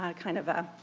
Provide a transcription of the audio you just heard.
ah kind of a